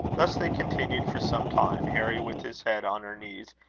thus they continued for some time, harry with his head on her knees,